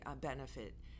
benefit